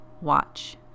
watch